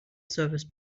service